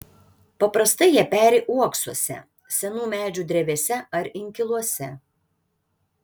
paprastai jie peri uoksuose senų medžių drevėse ar inkiluose